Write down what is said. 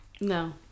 No